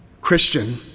Christian